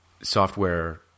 software